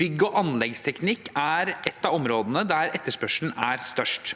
Bygg- og anleggsteknikk er et av områdene der etterspørselen er størst.